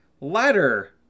ladder